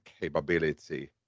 capability